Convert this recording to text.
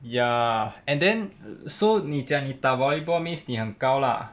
ya and then so 你讲你打 volleyball means 你很高 lah